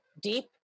deep